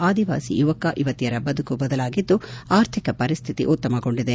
ಆದಿವಾಸಿ ಯುವಕ ಯುವತಿಯರ ಬದುಕು ಬದಲಾಗಿದ್ದು ಆರ್ಥಿಕ ಪರಿಸ್ಥಿತಿ ಉತ್ತಮಗೊಂಡಿದೆ